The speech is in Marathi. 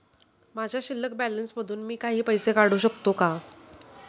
माझ्या शिल्लक बॅलन्स मधून मी काही पैसे काढू शकतो का?